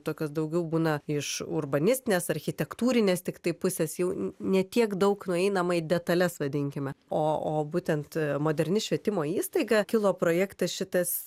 tokios daugiau būna iš urbanistinės architektūrinės tiktai pusės jau ne tiek daug nueinama į detales vadinkime o o būtent moderni švietimo įstaiga kilo projektas šitas